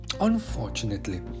Unfortunately